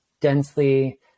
densely